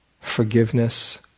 forgiveness